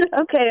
Okay